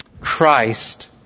Christ